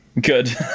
good